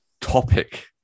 topic